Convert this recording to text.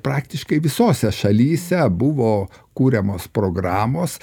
praktiškai visose šalyse buvo kuriamos programos